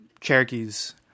cherokees